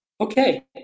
Okay